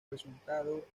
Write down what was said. resultado